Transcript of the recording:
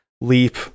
leap